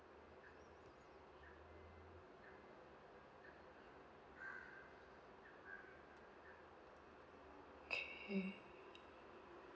okay